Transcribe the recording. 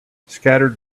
scattered